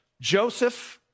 Joseph